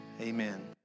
amen